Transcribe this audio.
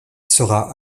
sera